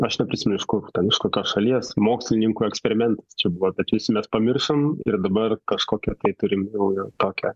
aš neprisimenu iš kur ten iš kokios šalies mokslininkų eksperimentas čia buvo bet visi mes pamiršom ir dabar kažkokią tai turim jau naują tokią nu